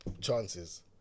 chances